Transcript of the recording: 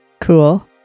Cool